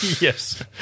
Yes